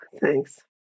thanks